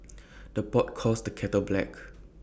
the pot calls the kettle black